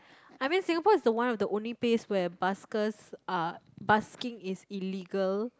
I mean Singapore is the one of the only place where baskers are basking is illegal